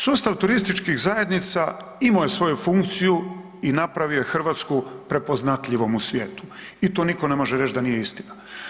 Sustav turističkih zajednica imao je svoju funkciju i napravio je Hrvatsku prepoznatljivom u svijetu i to nitko ne može reći da nije istina.